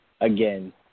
again